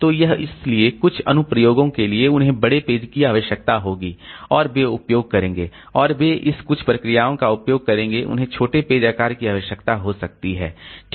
तो यह इसलिए कुछ अनुप्रयोगों के लिए उन्हें बड़े पेज आकार की आवश्यकता होगी और वे उपयोग करेंगे और वे इस कुछ प्रक्रियाओं का उपयोग करेंगे उन्हें छोटे पेज आकार की आवश्यकता हो सकती है ठीक